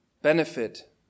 benefit